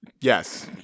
Yes